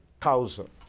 thousand